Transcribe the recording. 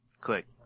click